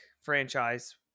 franchise